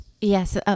Yes